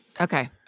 Okay